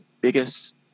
biggest